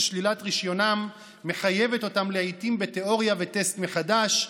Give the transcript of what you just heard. ששלילת רישיונם מחייבת אותם לעיתים בתיאוריה וטסט מחדש,